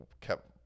kept